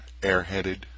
airheaded